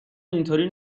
اینطوری